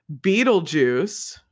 Beetlejuice